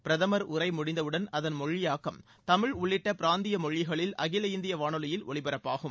பிரதமர் உரை முடிந்தவுடன் அதன் மொழியாக்கம் தமிழ் உள்ளிட்ட பிராந்திய மொழிகளில் அதில இந்திய வானொலியில் ஒலிபரப்பாகும்